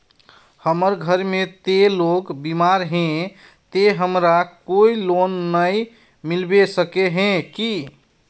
हमर घर में ते लोग बीमार है ते हमरा कोई लोन नय मिलबे सके है की?